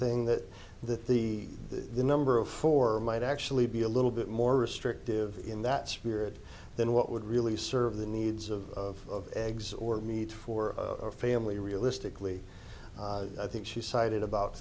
thing that that the number of four might actually be a little bit more restrictive in that spirit than what would really serve the needs of eggs or meat for a family realistically i think she cited about